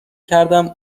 کردم